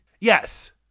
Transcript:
Yes